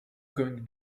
going